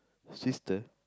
sister